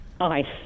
Ice